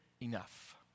enough